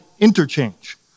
interchange